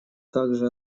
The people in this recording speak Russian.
также